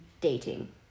dating